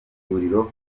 ivuriro